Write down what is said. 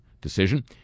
decision